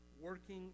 working